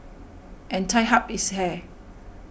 and tied up his hair